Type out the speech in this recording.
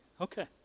Okay